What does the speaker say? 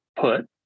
put